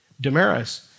Damaris